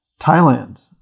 Thailand